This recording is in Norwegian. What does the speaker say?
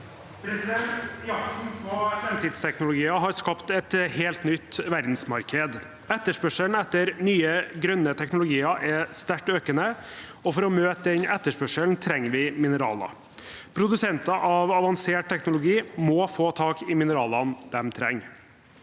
Jakten på fram- tidsteknologier har skapt et helt nytt verdensmarked. Etterspørselen etter nye, grønne teknologier er sterkt økende, og for å møte den etterspørselen trenger vi mineraler. Produsenter av avansert teknologi må få tak i mineralene de trenger.